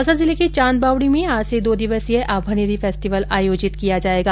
दौसा जिले की चांदबावडी में आज से दो दिवसीय आभानेरी फेस्टिवल आयोजित किया जायेगा